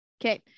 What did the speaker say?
Okay